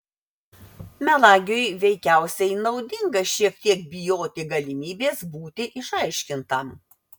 melagiui veikiausiai naudinga šiek tiek bijoti galimybės būti išaiškintam